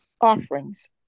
offerings